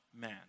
man